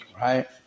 right